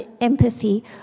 empathy